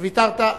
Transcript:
ויתרתי.